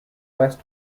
west